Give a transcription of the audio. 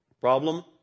Problem